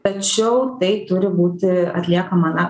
tačiau tai turi būti atliekama